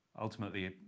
ultimately